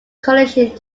condition